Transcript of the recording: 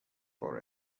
for